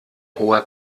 hoher